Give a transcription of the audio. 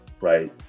right